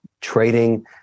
trading